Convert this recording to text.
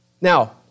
Now